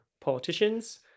politicians